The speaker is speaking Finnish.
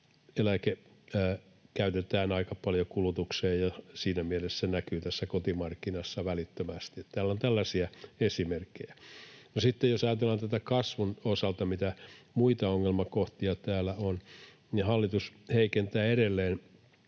eläke käytetään aika paljon kulutukseen, ja siinä mielessä se näkyy tässä kotimarkkinassa välittömästi. Täällä on tällaisia esimerkkejä. No sitten, jos ajatellaan tätä kasvun osalta, sitä, mitä muita ongelmakohtia täällä on, niin hallitus heikentää edelleen